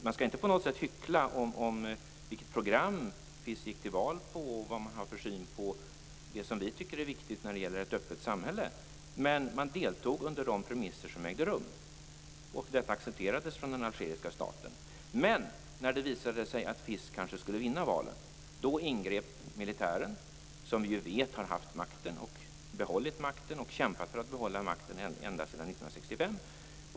Man skall inte på något sätt hyckla om vilket program FIS gick till val på och vilken syn man har på det som vi tycker är viktigt när det gäller ett öppet samhälle, men man deltog på de premisser som gällde. Och detta accepterades av den algeriska staten. Men när det visade sig att FIS kanske skulle vinna valet ingrep militären som vi ju vet har haft makten, behållit makten och kämpat för att behålla den ända sedan 1965.